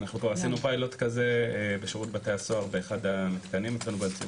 עשינו פיילוט באחד המתקנים בשירות בתי